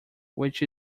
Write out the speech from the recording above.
which